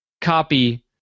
copy